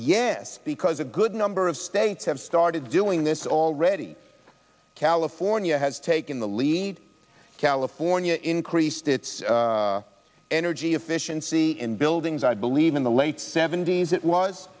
yes because a good number of states have started doing this already california has taken the lead california increased its energy efficiency in buildings i believe in the late seventy's that was